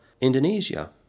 Indonesia